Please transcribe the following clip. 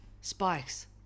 spikes